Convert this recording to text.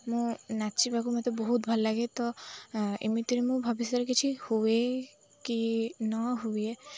ମୁଁ ନାଚିବାକୁ ମୋତେ ବହୁତ ଭଲ ଲାଗେ ତ ଏମିତିରେ ମୁଁ ଭବିଷ୍ୟରେ କିଛି ହୁଏ କି ନ ହୁଏ